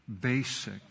basic